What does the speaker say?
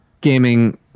gaming